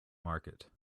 market